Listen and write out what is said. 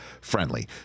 friendly